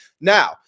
Now